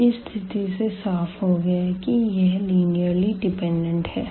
तो इस स्थिति से साफ हो गया है कि यह लिनीअर्ली डिपेंडेंट है